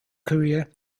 career